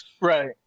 Right